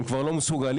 הם כבר לא מסוגלים.